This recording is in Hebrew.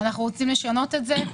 אנחנו רוצים לשנות את זה.